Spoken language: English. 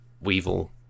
Weevil